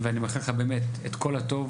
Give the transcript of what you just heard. ואני מאחל לך באמת את כל הטוב.